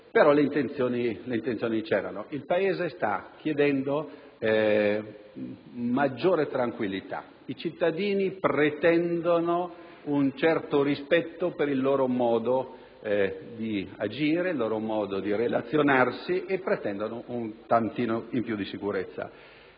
ma le intenzioni c'erano. Il Paese sta chiedendo maggiore tranquillità, i cittadini pretendono un certo rispetto per il loro modo di agire ed il loro modo di relazionarsi, e pretendono un po' più di sicurezza.